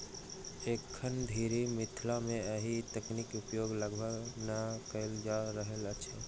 एखन धरि मिथिला मे एहि तकनीक उपयोग लगभग नै कयल जा रहल अछि